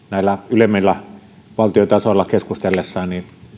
ylemmillä valtiotasoilla keskustellessaan